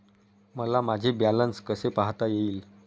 मला माझे बॅलन्स कसे पाहता येईल?